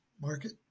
market